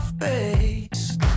face